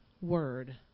Word